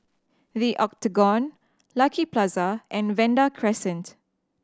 The Octagon Lucky Plaza and Vanda Crescent